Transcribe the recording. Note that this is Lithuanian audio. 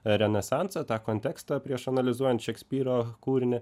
renesansą tą kontekstą prieš analizuojant šekspyro kūrinį